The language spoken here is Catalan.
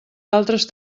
altres